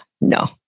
No